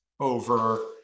Over